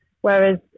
Whereas